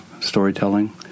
storytelling